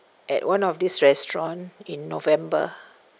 at one of this restaurant in november